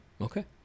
okay